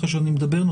אחרי שאני מדבר,